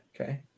Okay